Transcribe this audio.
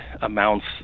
amounts